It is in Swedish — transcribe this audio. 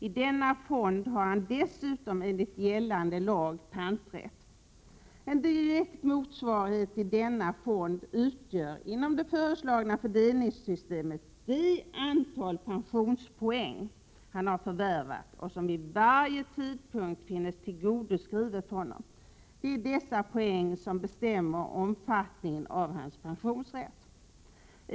I denna fond har han dessutom enligt gällande lag panträtt. En direkt motsvarighet till denna fond utgör inom det föreslagna fördelningssystemet det antal pensionspoäng han förvärvat och som vid varje tidpunkt finnes tillgodoskrivet honom. Det är dessa poäng som bestämmer omfattningen av hans pensionsrätt.